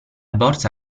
borsa